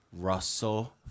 Russell